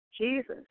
Jesus